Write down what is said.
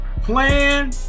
plan